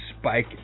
spike